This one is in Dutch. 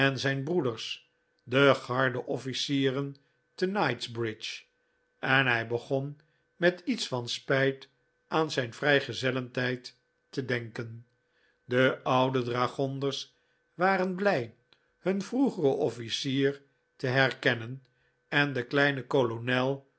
zijn broeders de garde officieren te knightsbridge en hij begon met iets van spijt aan zijn vrijgezellentijd te denken de oude dragonders waren blij hun vroegeren offlcier te herkennen en den kleinen kolonel